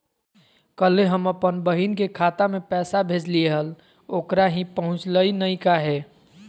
कल्हे हम अपन बहिन के खाता में पैसा भेजलिए हल, ओकरा ही पहुँचलई नई काहे?